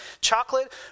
chocolate